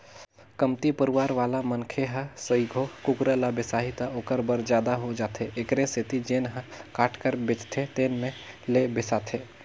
कमती परवार वाला मनखे ह सइघो कुकरा ल बिसाही त ओखर बर जादा हो जाथे एखरे सेती जेन ह काट कर बेचथे तेन में ले बिसाथे